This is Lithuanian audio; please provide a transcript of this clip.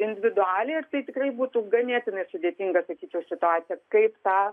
individualiai ir tai tikrai būtų ganėtinai sudėtinga sakyčiau situacija kaip tą